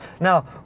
now